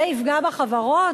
זה יפגע בחברות,